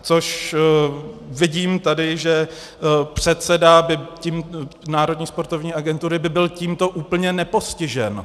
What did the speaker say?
Což vidím tady, že předseda Národní sportovní agentury by byl tímto úplně nepostižen.